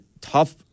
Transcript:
tough